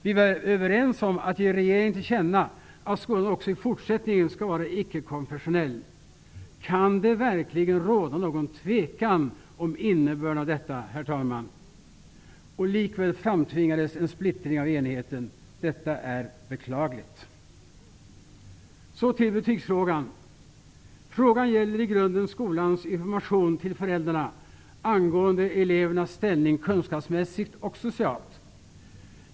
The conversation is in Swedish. Vi var överens om att ge regeringen till känna att skolan också i fortsättningen skall vara ickekonfessionell. Kan det verkligen råda någon tvekan om innebörden av detta, herr talman? Och likväl framtvingades en splittring av enigheten. Detta är beklagligt. Så till betygsfrågan. Frågan gäller i grunden skolans information till föräldrarna angående elevernas ställning kunskapsmässigt och socialt.